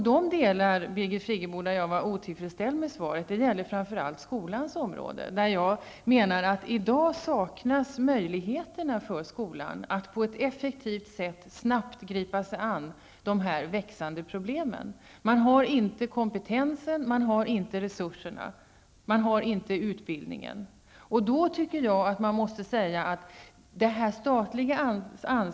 De delar där jag var otillfredsställd med svaret gällde framför allt skolans område. Jag menar att det i dag saknas möjligheter för skolan att på ett effektivt sätt snabbt gripa sig an dessa växande problem. Skolan har inte kompetensen och resurserna och inte heller utbildningen.